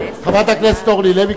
חברת הכנסת אורלי לוי,